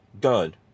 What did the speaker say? gun